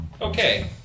Okay